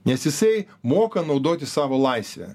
nes jisai moka naudoti savo laisvę